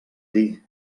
dir